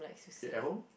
at home